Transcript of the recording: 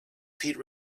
pete